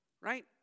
Right